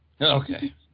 Okay